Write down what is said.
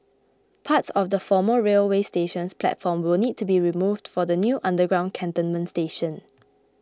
parts of the former railway station's platform will need to be removed for the new underground Cantonment station